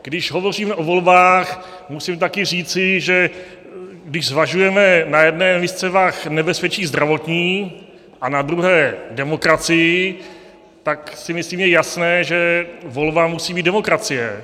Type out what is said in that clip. Když hovoříme o volbách, musím také říci, že když zvažujeme na jedné misce vah nebezpečí zdravotní a na druhé demokracii, tak si myslím, je jasné, že volba musí být demokracie.